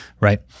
right